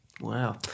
Wow